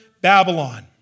Babylon